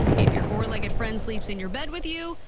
if your four-legged friend sleeps in your bed with you,